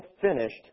finished